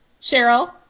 Cheryl